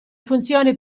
funzioni